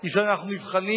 היא שאנחנו נבחנים